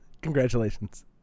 Congratulations